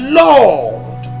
lord